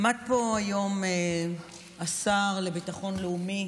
עמד פה היום השר לביטחון לאומי